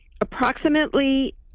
approximately